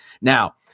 Now